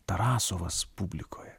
tarasovas publikoje